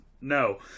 no